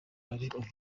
ari